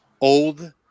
old